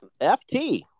ft